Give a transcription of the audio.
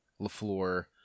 Lafleur